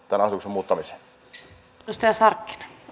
tämän asetuksen muuttamiseen arvoisa